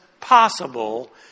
possible